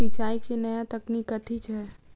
सिंचाई केँ नया तकनीक कथी छै?